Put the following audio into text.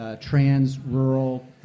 trans-rural